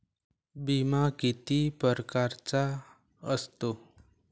बिमा किती परकारचा असतो?